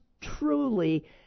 truly